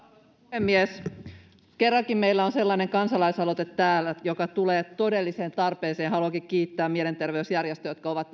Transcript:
puhemies kerrankin meillä on sellainen kansalaisaloite täällä joka tulee todelliseen tarpeeseen haluankin kiittää mielenterveysjärjestöjä jotka ovat